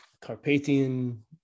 Carpathian